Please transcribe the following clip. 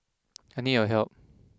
I need your help